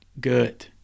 good